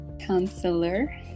counselor